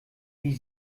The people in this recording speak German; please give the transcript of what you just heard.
wie